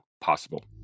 possible